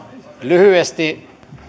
lyhyesti